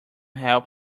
help